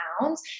pounds